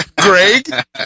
Greg